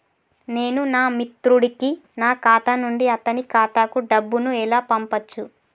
నేను నా మిత్రుడి కి నా ఖాతా నుండి అతని ఖాతా కు డబ్బు ను ఎలా పంపచ్చు?